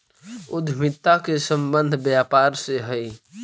उद्यमिता के संबंध व्यापार से हई